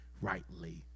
Rightly